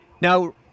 Now